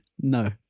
No